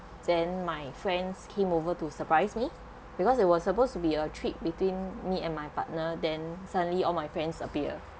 then my friends came over to surprise me because it was supposed to be a trip between me and my partner then suddenly all my friends appear